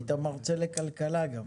היית מרצה לכלכלה גם.